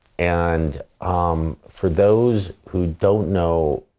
and um for those who don't know,